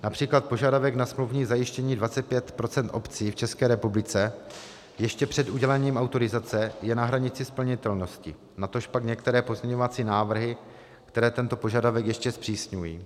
Například požadavek na smluvní zajištění 25 % obcí v České republice ještě před udělením autorizace je na hranici splnitelnosti, natožpak některé pozměňovací návrhy, které tento požadavek ještě zpřísňují.